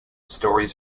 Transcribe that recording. stories